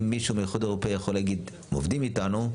אם מישהו מאיחוד אירופי יכול להגיד הם עובדים איתנו,